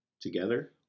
together